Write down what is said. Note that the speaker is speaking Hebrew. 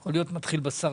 זה יכול להיות מתחיל בשרה,